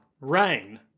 rain